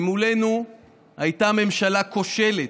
ממולנו הייתה ממשלה כושלת,